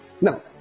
now